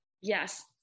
Yes